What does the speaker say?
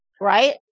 right